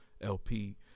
LP